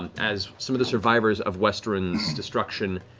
as some of the survivors of westruun's destruction